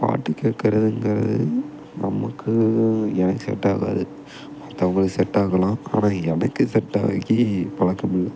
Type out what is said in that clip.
பாட்டு கேட்குறதுங்குறது நமக்கு எனக்கு செட் ஆகாது மற்றவங்களுக்கு செட் ஆகலாம் ஆனால் எனக்கு செட் ஆகி பழக்கம் இல்லை